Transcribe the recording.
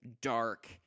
dark